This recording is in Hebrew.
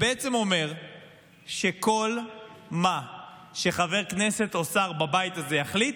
זה בעצם אומר שכל מה שחבר כנסת או שר בבית הזה יחליט,